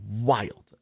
wild